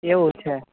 એવું છે